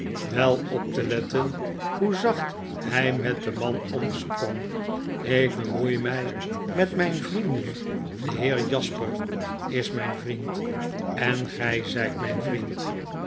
wel op te letten hoe zacht hy met den man omsprong ik bemoei my met myn vrienden de heer jasper is mijn vriend en gy zijt myn vriend